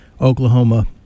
Oklahoma